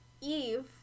Eve